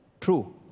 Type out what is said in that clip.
True